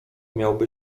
miałby